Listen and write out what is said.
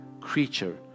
creature